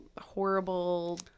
horrible